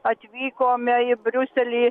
atvykome į briuselį